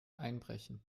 einbrechen